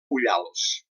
ullals